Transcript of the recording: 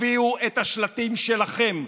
הביאו את השלטים שלכם,